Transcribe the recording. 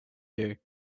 you